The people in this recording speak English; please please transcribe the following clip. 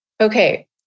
okay